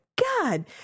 God